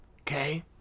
okay